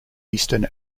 eastern